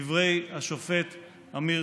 דברי השופט אמיר